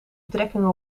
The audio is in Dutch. betrekking